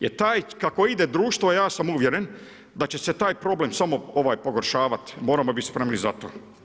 Jer to kako ide društvo, ja sam uvjeren da će se taj problem samo pogoršavati, moramo biti spremni za to.